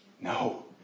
No